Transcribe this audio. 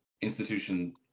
institution